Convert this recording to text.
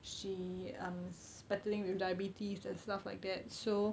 she um battling with diabetes and stuff like that so